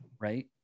right